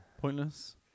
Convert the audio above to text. pointless